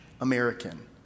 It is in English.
American